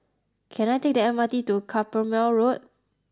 can I take the M R T to Carpmael Road